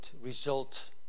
result